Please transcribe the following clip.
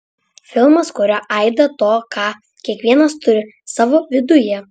filmas kuria aidą to ką kiekvienas turi savo viduje